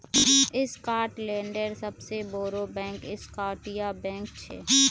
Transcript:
स्कॉटलैंडेर सबसे बोड़ो बैंक स्कॉटिया बैंक छे